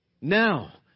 Now